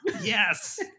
Yes